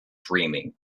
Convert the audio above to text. dreaming